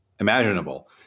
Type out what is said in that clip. imaginable